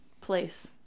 place